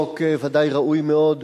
החוק ודאי ראוי מאוד.